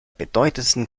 bedeutendsten